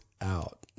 out